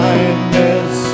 Kindness